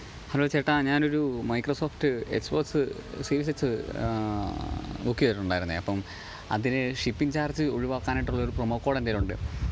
hello ചേട്ടാ ഞാനൊരു Microsoft Xbox series X ബുക്കെയ്തിട്ടുണ്ടായിരുന്നെ അപ്പോള് അതിന് ഷിപ്പിങ് ചാര്ജ് ഒഴിവാക്കാനായിട്ടുള്ളൊരു പ്രോമോക്കോഡെൻറ്റൈലുണ്ട്